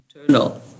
internal